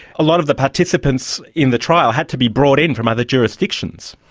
a lot of the participants in the trial had to be brought in from other jurisdictions.